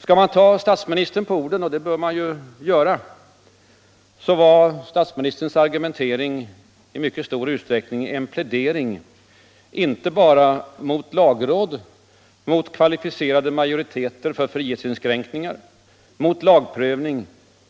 Skall man ta statsministern på orden — och det bör man ju göra — var statsministerns argumentering i mycket stor utsträckning en plädering inte bara mot lagråd, mot kvalificerade majoriteter för frihetsinskränkningar, mot lagprövning